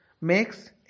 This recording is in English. makes